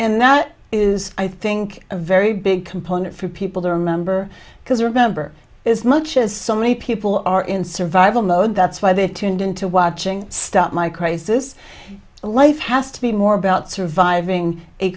and that is i think a very big component for people to remember because remember as much as so many people are in survival mode that's why they tuned into watching stop my crisis life has to be more about surviving a